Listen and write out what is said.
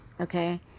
okay